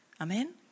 Amen